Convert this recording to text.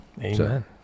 amen